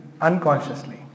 Unconsciously